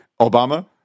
Obama